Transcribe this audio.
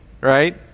right